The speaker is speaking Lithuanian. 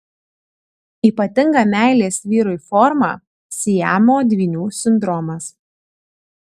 ypatinga meilės vyrui forma siamo dvynių sindromas